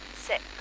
six